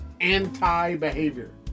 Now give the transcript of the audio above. anti-behavior